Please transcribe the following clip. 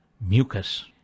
mucus